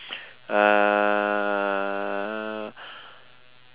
uh